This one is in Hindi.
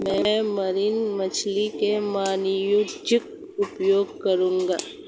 मैं मरीन मछली का वाणिज्यिक उपयोग करूंगा